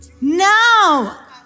Now